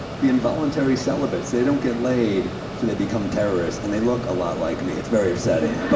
the involuntary celibate. so, they don't get laid, so they become terrorists, and they look a lot like me. it's very upsetting.